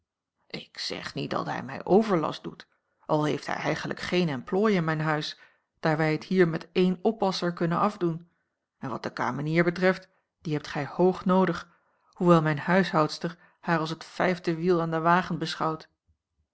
ik zeg niet dat hij mij overlast doet al heeft hij eigenlijk geen emplooi in mijn huis daar wij het hier met één oppasser kunnen afdoen en wat de kamenier betreft die hebt gij hoog noodig hoewel mijne huishoudster haar als het vijfde wiel aan den wagen beschouwt